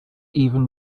even